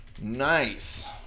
Nice